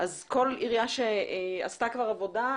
אז כל עירייה שעשתה כבר עבודה,